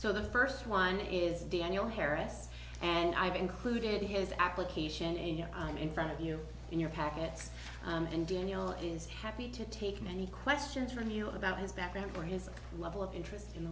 so the first one is daniel harris and i've included his application and you know i'm in front of you and your packets and daniel is happy to take any questions from you about his background for his level of interest in